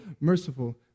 merciful